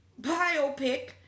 biopic